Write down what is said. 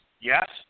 Yes